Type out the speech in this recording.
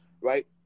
right